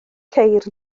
ceir